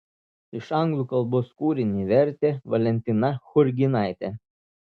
iš anglų kalbos kūrinį vertė valentina churginaitė